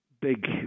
big